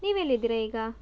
ನೀವು ಎಲ್ಲಿದ್ದೀರಾ ಈಗ